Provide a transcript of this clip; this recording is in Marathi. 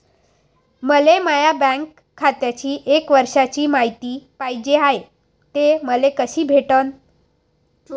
मले माया बँक खात्याची एक वर्षाची मायती पाहिजे हाय, ते मले कसी भेटनं?